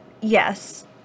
yes